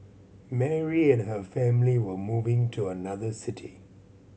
Mary and her family were moving to another city